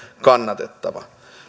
kannatettava